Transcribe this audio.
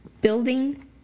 building